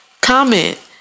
comment